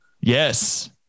yes